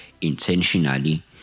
intentionally